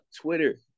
twitter